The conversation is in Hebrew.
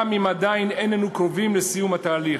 גם אם עדיין איננו קרובים לסיום התהליך.